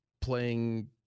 playing